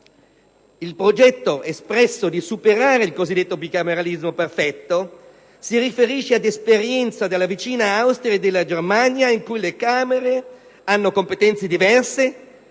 Il progetto espresso di superare il cosiddetto bicameralismo perfetto si riferisce ad esperienze della vicina Austria e della Germania, in cui le Camere hanno competenze diverse,